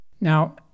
Now